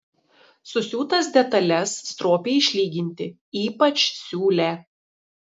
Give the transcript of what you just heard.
susiūtas detales stropiai išlyginti ypač siūlę